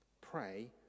Pray